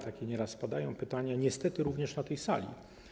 Takie nieraz padają pytania, niestety również na tej sali.